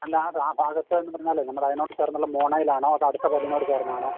അല്ല ആ ഭാഗത്ത്ന്ന് പറഞ്ഞാൽ നമ്മൾ അതിനോട് ചേർന്നുള്ള മോണയിലാണോ അതോ അടുത്ത പല്ലിനോട് ചേർന്നാണോ